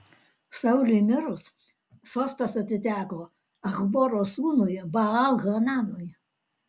sauliui mirus sostas atiteko achboro sūnui baal hananui